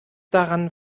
daran